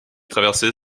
traverser